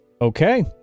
Okay